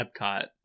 Epcot